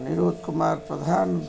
Niroj Kumar Pradhan